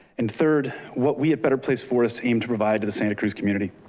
and third, what we at better place forests aim to provide to the santa cruz community.